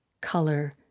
color